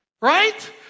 right